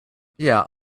yeah